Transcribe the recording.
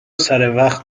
سروقت